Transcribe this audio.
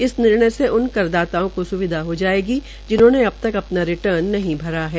इस निर्णय से उन कर दाताओं को स्विधा हो जायेगी जिन्होंने अब तक अपना रिर्टन नहीं भरा है